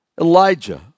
Elijah